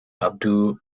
abu